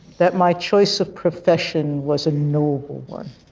that my choice of profession was a noble one.